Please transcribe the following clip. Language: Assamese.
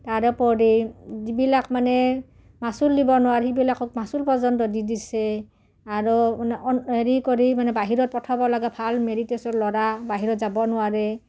তাৰোপৰি যিবিলাক মানে মাচুল দিব নোৱাৰি সেইবিলাকক মাচুল পৰ্যন্ত দি দিছে আৰু মানে হেৰি কৰি মানে বাহিৰত পঠাব লাগে ভাল মেৰিটছৰ ল'ৰা বাহিৰত যাব নোৱাৰে